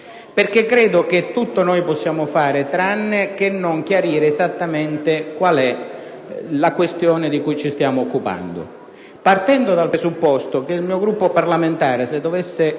credo infatti che tutto possiamo fare, tranne non chiarire esattamente qual è la questione di cui ci stiamo occupando, partendo dal presupposto che il mio Gruppo parlamentare, se avesse